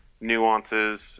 nuances